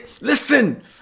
Listen